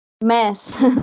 mess